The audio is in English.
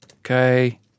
okay